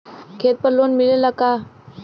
खेत पर लोन मिलेला का?